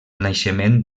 naixement